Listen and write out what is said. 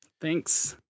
Thanks